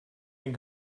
den